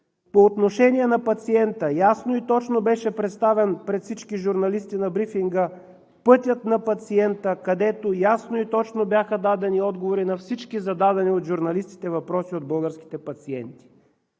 По отношение на пациента. Ясно и точно беше представен пред всички журналисти на брифинга пътят на пациента, където ясно и точно бяха дадени отговори на всички зададени от журналистите въпроси от българските пациенти.